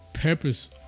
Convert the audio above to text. purpose